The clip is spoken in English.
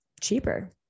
cheaper